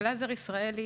גלזר ישראלי,